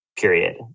period